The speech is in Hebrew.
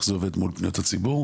איך זה עובד מול פניות הציבור,